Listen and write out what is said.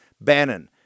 BANNON